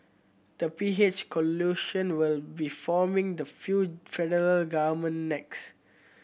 the P H coalition will be forming the few federal government next